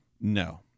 No